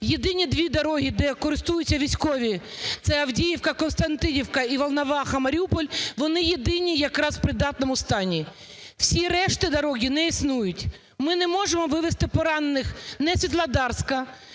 Єдині дві дороги, де користуються військові, це Авдіївка – Костянтинівка і Волноваха – Маріуполь, вони єдині якраз у придатному стані, вся решта доріг не існують. Ми не можемо вивезти поранених ні з Світлодарська.